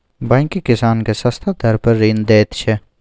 bank किसान केँ सस्ता दर पर ऋण दैत छै